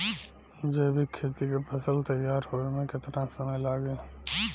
जैविक खेती के फसल तैयार होए मे केतना समय लागी?